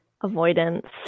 avoidance